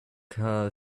car